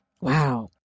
Wow